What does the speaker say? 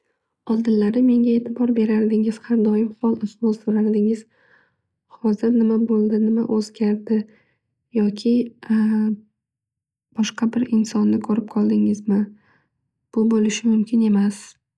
Oldinlari menga etibor berardingiz hol ahvol so'rardingiz. Hozir nima bo'ldi nima o'zgardi yoki boshqa bir insonni ko'rib qoldingizmi. Bu bo'lishi mumkin emas.